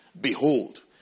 Behold